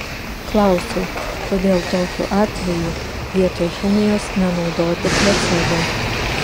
klausiau kodėl tokiu atveju vietoj chemijos nenaudoti placebo